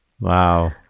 Wow